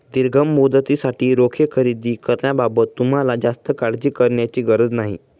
दीर्घ मुदतीसाठी रोखे खरेदी करण्याबाबत तुम्हाला जास्त काळजी करण्याची गरज नाही